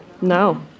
No